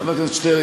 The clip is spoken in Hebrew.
חבר הכנסת שטרן,